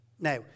Now